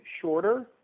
shorter